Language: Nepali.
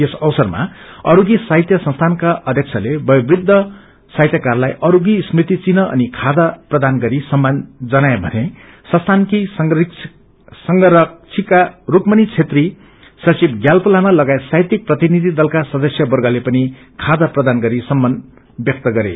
यस अवसरमा अस्ति साहित्य संसीनका अध्यक्षले बयोवृद्ध साहित्यकारलाई अस्ति स्मृति चिन्ह अनि खादा प्रदान गरि सम्मान जनाए मने संस्थानकी संरक्षिक स्क्रमणि छेत्री सचिव म्याल्पो लामा लगायत साहित्यीक प्रतिनिधि दलका सदस्य वर्गले पनि खादा प्रदान गरि सम्मान ब्यक्त गरे